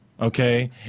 okay